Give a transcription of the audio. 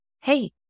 hey